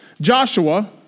Joshua